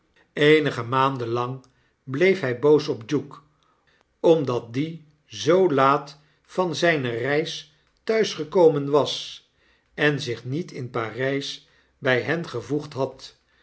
eenige maanden lang bleef hij boos op duke omdat die zoo laat vanzjjnereisthuisgekomen was en zich niet in p a r j s bjj hen gevoegd had